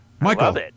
Michael